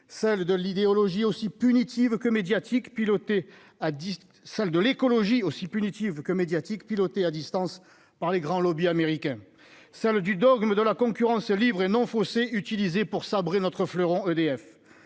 celle de l'écologie aussi punitive que médiatique piloté à distance par les grands lobbies américains ça le du dogme de la concurrence libre et non faussée utilisée pour sabrer notre fleuron EDF